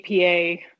APA